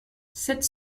sept